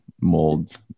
mold